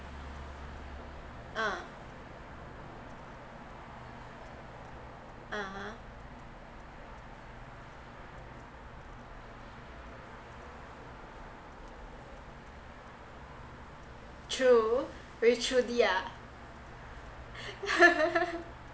uh (uh huh) true very true ah